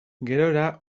gerora